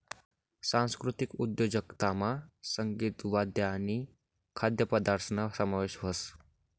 सांस्कृतिक उद्योजकतामा संगीत, वाद्य आणि खाद्यपदार्थसना समावेश व्हस